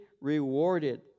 rewarded